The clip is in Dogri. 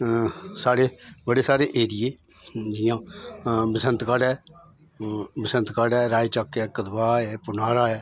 साढ़े बड़ सारे ऐरिये जियां बसंतगढ ऐ बसंतगढ राएचक कदवाह ऐ पनाड़ा ऐ